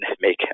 make